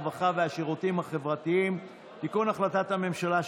הרווחה והשירותים החברתיים ותיקון החלטת ממשלה,